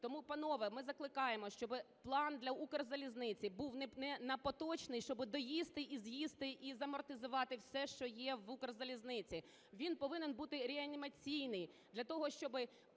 Тому, панове, ми закликаємо, щоби план для Укрзалізниці був не поточний, щоби доїсти і з'їсти, і замортизувати все, що є в Укрзалізниці, він повинен бути реанімаційний для того, щоб